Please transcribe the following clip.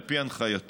על פי הנחייתו,